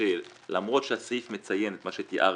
שלמרות שהסעיף מציין את מה שתיארת,